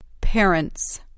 Parents